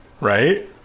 Right